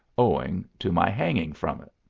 owing to my hanging from it.